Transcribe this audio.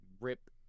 Rip